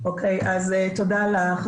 כמו שאמרתי,